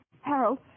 Harold